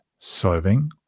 solving